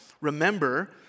remember